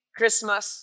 Christmas